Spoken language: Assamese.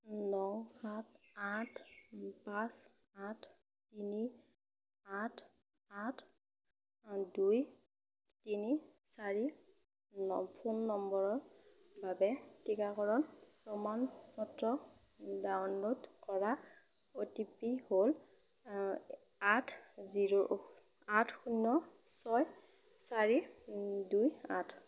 ন সাত আঠ পাঁচ আঠ তিনি আঠ আঠ দুই তিনি চাৰি ফোন নম্বৰৰ বাবে টিকাকৰণৰ প্ৰমাণ পত্ৰ ডাউনল'ড কৰাৰ অ' টি পি হ'ল আঠ জিৰ' আঠ শূন্য ছয় চাৰি দুই আঠ